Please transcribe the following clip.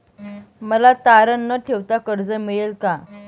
मला तारण न ठेवता कर्ज मिळेल का?